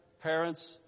parents